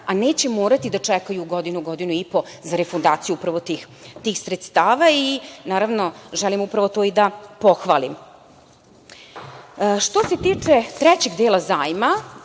a neće morati da čekaju godinu, godinu i po za refundaciju upravo tih sredstava i to želim da pohvalim. Što se tiče trećeg dela zajma,